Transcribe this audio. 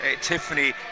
Tiffany